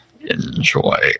enjoy